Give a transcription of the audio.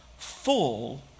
full